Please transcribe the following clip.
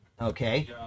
okay